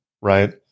right